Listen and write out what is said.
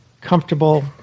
comfortable